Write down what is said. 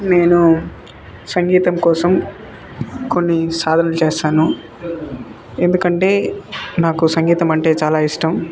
నేను సంగీతం కోసం కొన్ని సాధనలు చేస్తాను ఎందుకంటే నాకు సంగీతమంటే చాలా ఇష్టం